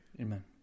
Amen